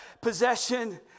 possession